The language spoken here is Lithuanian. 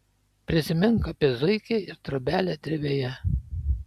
prisimink apie zuikį ir trobelę drevėje